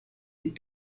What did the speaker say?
est